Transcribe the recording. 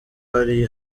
hari